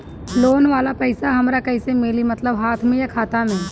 Loan वाला पैसा हमरा कइसे मिली मतलब हाथ में या खाता में?